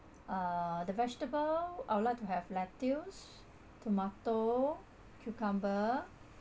uh the vegetable I would like to have lettuce tomato cucumber